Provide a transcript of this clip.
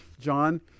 John